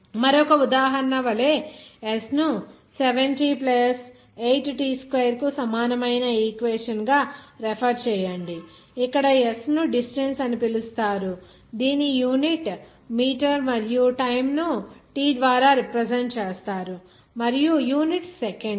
మరొక ఉదాహరణ వలె S ను 7t 8t2 కు సమానమైన ఈక్వేషన్ గా రెఫెర్ చేయండి ఇక్కడ S ను డిస్టెన్స్ అని పిలుస్తారు దీని యూనిట్ మీటర్ మరియు టైమ్ ను t ద్వారా రిప్రజెంట్ చేస్తారు మరియు యూనిట్ సెకండ్స్